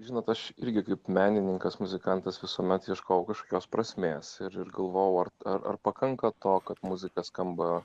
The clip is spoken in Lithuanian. žinot aš irgi kaip menininkas muzikantas visuomet ieškojau kažkokios prasmės ir ir galvojau ar ar ar pakanka to kad muzika skamba